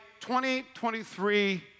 2023